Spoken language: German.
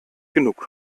genug